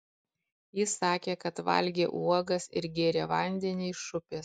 ji sakė kad valgė uogas ir gėrė vandenį iš upės